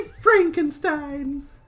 Frankenstein